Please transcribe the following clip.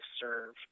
serve